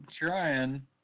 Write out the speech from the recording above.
trying